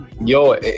yo